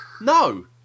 No